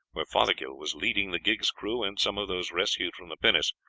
where fothergill was leading the gig's crew and some of those rescued from the pinnace,